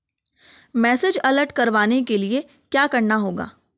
Message alert करवाने के लिए क्या करना होगा?